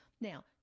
Now